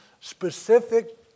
specific